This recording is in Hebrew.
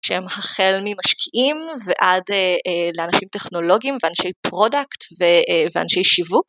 שהם החל ממשקיעים ועד לאנשים טכנולוגיים ואנשי פרודקט ואנשי שיווק.